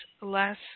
less